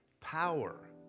Power